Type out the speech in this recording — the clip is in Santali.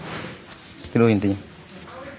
ᱛᱤᱱᱟᱹᱜ ᱦᱩᱭᱮᱱ ᱛᱤᱧᱟᱹ